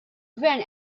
gvern